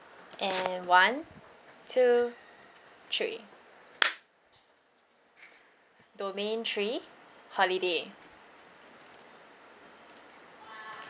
and one two three domain three holiday